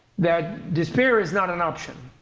that despair is not an option.